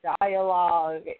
dialogue